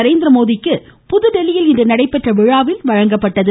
நரேந்திரமோடிக்கு புதுதில்லியில் இன்று நடைபெற்ற விழாவில் வழங்கப்பட்டது